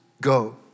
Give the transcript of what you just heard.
go